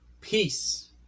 Peace